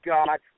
God